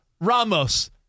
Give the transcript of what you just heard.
Ramos